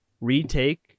retake